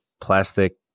plastic